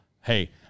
Hey